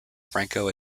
franco